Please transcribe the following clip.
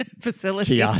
facility